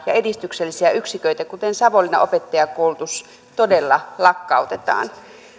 ja edistyksellisiä yksiköitä kuten savonlinnan opettajakoulutus todella lakkautetaan